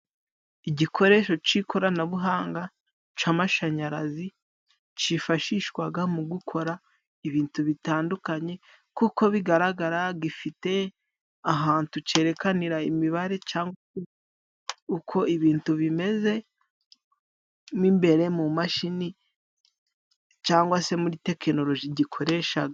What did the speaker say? Igikoresho cy'ikoranabuhanga cy'amashanyarazi, cyifashishwa mu gukora ibintu bitandukanye, kuko bigaragara gifite ahantu cyerekanira imibare, uko ibintu bimeze nk'imbere mu mashini, cyangwa se muri tekinoloji gikoresha.